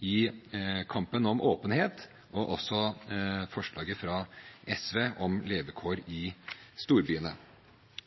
i kampen mot åpenhet – og også forslaget fra SV om levekår i storbyene.